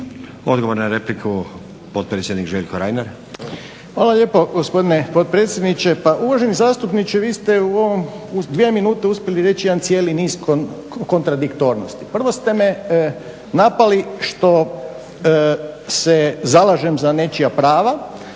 Odgovor na repliku, potpredsjednik Željko Reiner. **Reiner, Željko (HDZ)** Hvala lijepa gospodine potpredsjedniče. Pa uvaženi zastupniče, vi ste u ovom u dvije minute uspjeli reći jedan cijeli niz kontradiktornosti. Prvo ste me napali što se zalažem za nečija prava,